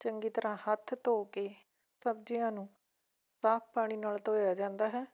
ਚੰਗੀ ਤਰ੍ਹਾਂ ਹੱਥ ਧੋ ਕੇ ਸਬਜ਼ੀਆਂ ਨੂੰ ਸਾਫ਼ ਪਾਣੀ ਨਾਲ ਧੋਇਆ ਜਾਂਦਾ ਹੈ